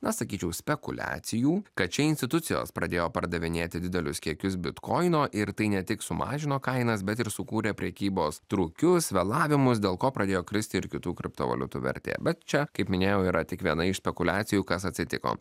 na sakyčiau spekuliacijų kad čia institucijos pradėjo pardavinėti didelius kiekius bitkoino ir tai ne tik sumažino kainas bet ir sukūrė prekybos trūkius vėlavimus dėl ko pradėjo kristi ir kitų kriptovaliutų vertė bet čia kaip minėjau yra tik viena iš spekuliacijų kas atsitiko